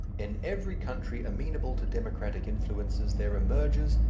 in every country amenable to democratic influences there emerges,